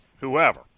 whoever